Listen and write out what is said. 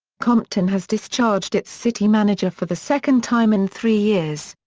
compton has discharged its city manager for the second time in three years.